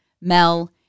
Mel